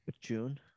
June